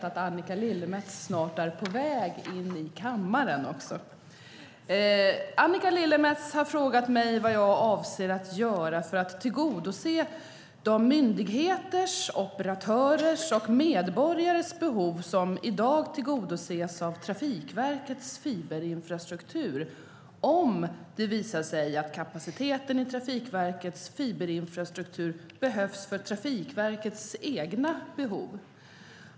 Annika Lillemets har frågat mig vad jag avser att göra för att tillgodose de myndigheters, operatörers och medborgares behov som i dag tillgodoses av Trafikverkets fiberinfrastruktur, om det visar sig att kapaciteten i Trafikverkets fiberinfrastruktur behövs för Trafikverkets egna behov.